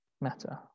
matter